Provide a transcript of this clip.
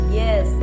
yes